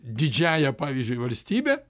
didžiąja pavyzdžiui valstybe